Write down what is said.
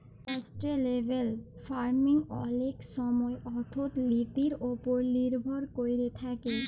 sustainable farming অলেক ছময় অথ্থলিতির উপর লির্ভর ক্যইরে থ্যাকে